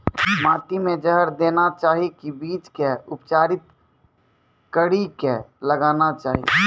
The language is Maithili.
माटी मे जहर देना चाहिए की बीज के उपचारित कड़ी के लगाना चाहिए?